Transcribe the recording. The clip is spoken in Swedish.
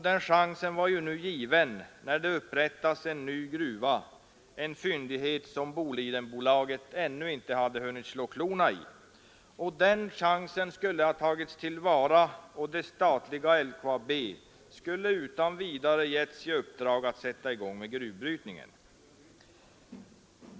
Den chansen var ju nu given när det upprättas en ny gruva — en fyndighet som Bolidenbolaget ännu inte hade hunnit slå klorna i. Den chansen skulle ha tagits till vara och det statliga LKAB utan vidare givits i uppdrag att sätta i gång med gruvbrytning.